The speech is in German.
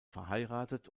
verheiratet